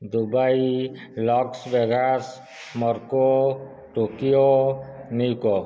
Dubai ଲକ୍ସ beggars ମର୍କୋ Tokyo ନ୍ୟୂକୋ